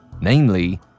namely